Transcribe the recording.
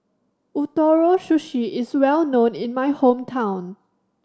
Ootoro Sushi is well known in my hometown